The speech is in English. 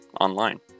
online